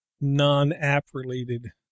non-app-related